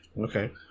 Okay